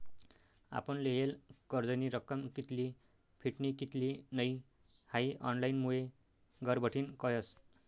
आपण लेयेल कर्जनी रक्कम कित्ली फिटनी कित्ली नै हाई ऑनलाईनमुये घरबठीन कयस